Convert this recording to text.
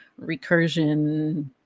recursion